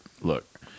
Look